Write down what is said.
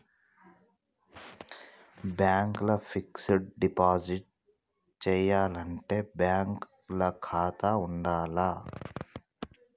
Bank ల fixed deposit చేయాలంటే bank ల ఖాతా ఉండాల్నా?